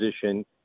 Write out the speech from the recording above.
position